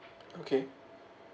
okay